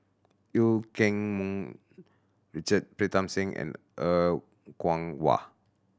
Eu Keng Mun Richard Pritam Singh and Er Kwong Wah